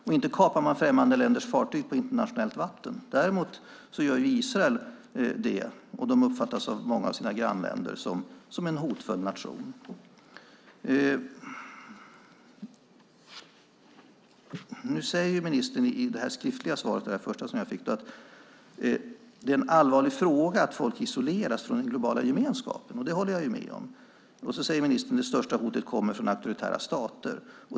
Inte heller kapar man främmande länders fartyg på internationellt vatten. Däremot gör Israel det, och de uppfattas av många av sina grannländer som en hotfull nation. Nu säger ministern i sitt interpellationssvar att det är en allvarlig fråga att folk isoleras från den globala gemenskapen. Det håller jag med om. Ministern säger också att det största hotet kommer från auktoritära stater.